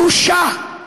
בושה.